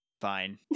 fine